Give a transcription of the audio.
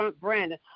Brandon